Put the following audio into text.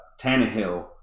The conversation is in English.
Tannehill